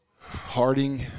Harding